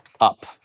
up